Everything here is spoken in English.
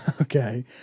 Okay